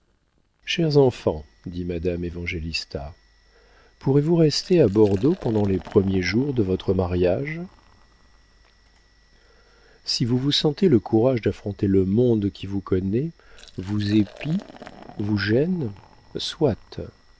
chers enfants dit madame évangélista pourrez-vous rester à bordeaux pendant les premiers jours de votre mariage si vous vous sentez le courage d'affronter le monde qui vous connaît vous épie vous gêne soit